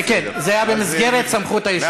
כן כן, זה היה במסגרת סמכות היושב-ראש.